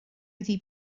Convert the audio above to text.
iddi